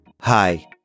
Hi